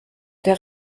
der